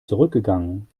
zurückgegangen